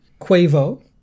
Quavo